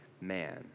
man